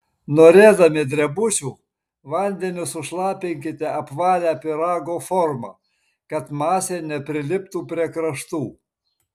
norėdami drebučių vandeniu sušlapinkite apvalią pyrago formą kad masė nepriliptų prie kraštų